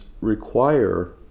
require